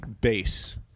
base